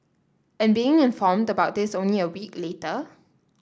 and being informed about this only a week later